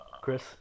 Chris